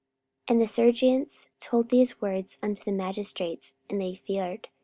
and the serjeants told these words unto the magistrates and they feared,